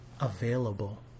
Available